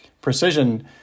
precision